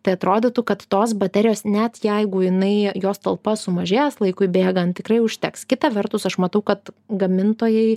tai atrodytų kad tos baterijos net jeigu jinai jos talpa sumažės laikui bėgant tikrai užteks kita vertus aš matau kad gamintojai